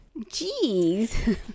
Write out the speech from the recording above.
Jeez